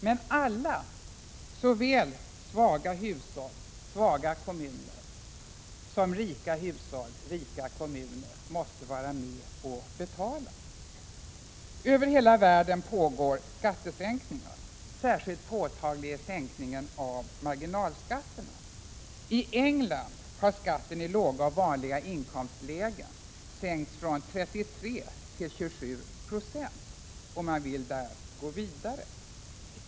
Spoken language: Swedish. Men alla, såväl svaga hushåll och svaga kommuner som rika hushåll och rika kommuner, måste vara med och betala. Över hela världen pågår skattesänkningar. Särskilt påtaglig är sänkningen av marginalskatterna. I England har skatten i låga och vanliga inkomstlägen sänkts från 33 till 27 Jo och man vill där gå vidare.